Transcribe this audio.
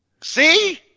See